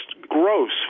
gross